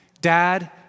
dad